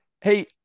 Hey